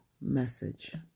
message